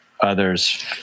others